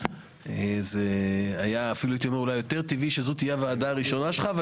זה היה אפילו יותר טבעי שזאת תהיה הוועדה הראשונה שלך אבל